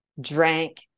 drank